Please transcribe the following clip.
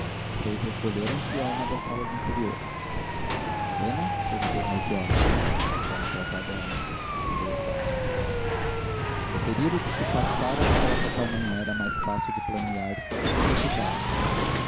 os três recolheram-se a uma das salas interiores helena perguntou melchior vamos tratar dela respondeu estácio referir o que se passara naquela fatal manhã era mais fácil de planear que de executar